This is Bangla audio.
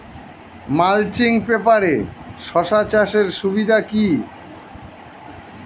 মালচিং পেপারে শসা চাষের সুবিধা কি?